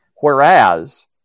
Whereas